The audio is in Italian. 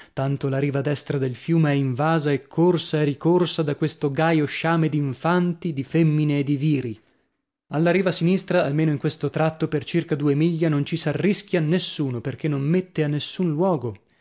tanto la riva destra del fiume è invasa e corsa e ricorsa da questo gaio sciame d'infanti di femmine e di viri alla riva sinistra almeno in questo tratto per circa due miglia non ci s'arrischia nessuno perchè non mette a nessun luogo